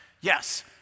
Yes